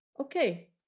okay